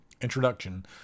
Introduction